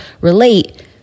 relate